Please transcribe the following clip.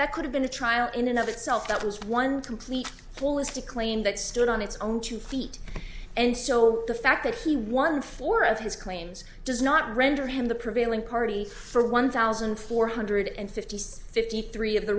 that could have been a trial in another itself that was one complete fool is to claim that stood on its own two feet and so the fact that he won four of his claims does not render him the prevailing party for one thousand four hundred fifty six fifty three of the